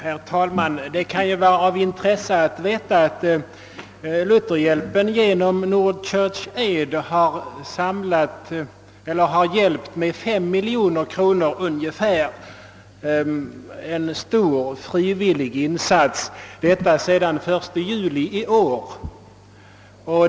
Herr talman! Det kan ju vara av intresse att veta att Lutherhjälpen genom Nord Church Aid lämnat ungefär 5 miljoner kronor för de ändamål det här gäller sedan den 1 juli i år — en stor frivillig insats.